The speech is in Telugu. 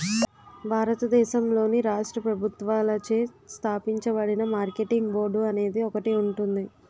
భారతదేశంలోని రాష్ట్ర ప్రభుత్వాలచే స్థాపించబడిన మార్కెటింగ్ బోర్డు అనేది ఒకటి ఉంటుంది